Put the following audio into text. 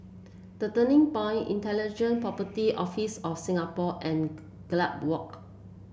The Turning Point Intellectual Property Office of Singapore and Gallop Walk